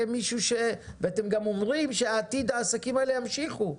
ואתם גם אומרים שבעתיד העסקים האלה ימשיכו,